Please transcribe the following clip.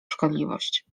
szkodliwość